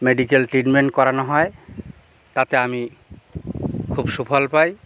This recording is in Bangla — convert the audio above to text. মেডিকেল ট্রিটমেন্ট করানো হয় তাতে আমি খুব সুফল পাই